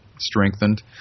strengthened